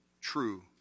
true